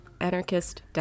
anarchist